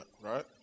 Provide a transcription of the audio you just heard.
right